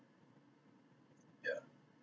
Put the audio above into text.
yeah